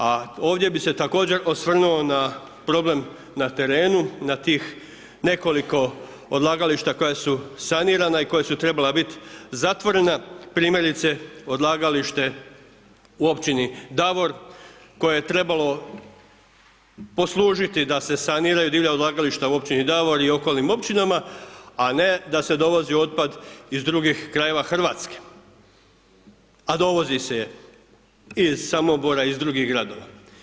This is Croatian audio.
A ovdje bi se također osvrnuo na problem na terenu, na tih nekoliko odlagališta koja su sanirana i koja su trebala biti zatvorena, primjerice, odlagalište u općini Davor, koje je trebalo poslužiti da se saniraju divlja odlagališta u općini Davor i okolnim općinama a ne da se dovozi otpad iz drugih krajeva Hrvatske, a dovozi se iz Samobora, iz drugih gradova.